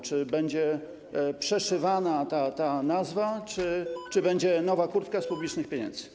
Czy będzie przeszywana ta nazwa, czy będzie nowa kurtka z publicznych pieniędzy?